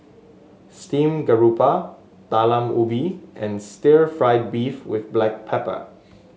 Steamed Garoupa Talam Ubi and Stir Fried Beef with Black Pepper